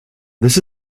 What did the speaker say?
this